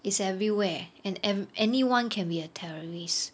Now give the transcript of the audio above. is everywhere and an~ anyone can be a terrorist